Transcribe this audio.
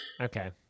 Okay